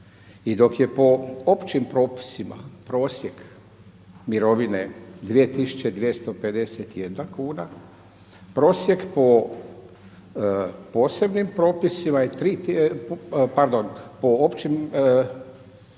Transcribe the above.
I dok je po općim propisima prosjek mirovine 2.251 kuna, prosjek po općim propisima 2.251, a po posebnim